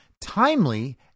timely